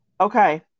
Okay